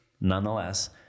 Nonetheless